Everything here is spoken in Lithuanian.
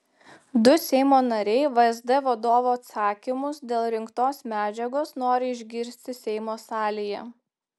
du seimo nariai vsd vadovo atsakymus dėl rinktos medžiagos nori išgirsti seimo salėje